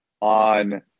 on